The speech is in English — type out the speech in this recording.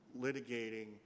litigating